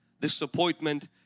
disappointment